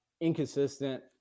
inconsistent